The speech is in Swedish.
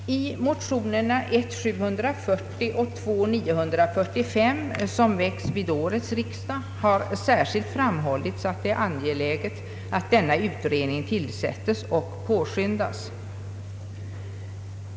I motionerna I: 740 och II:945 till årets riksdag har särskilt framhållits, att det är angeläget att denna utredning tillsättes och påskyndas.